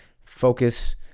Focus